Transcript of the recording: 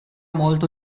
molto